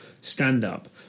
stand-up